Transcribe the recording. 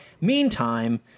Meantime